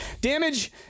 Damage